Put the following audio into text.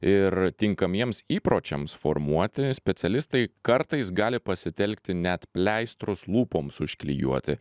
ir tinkamiems įpročiams formuoti specialistai kartais gali pasitelkti net pleistrus lūpoms užklijuoti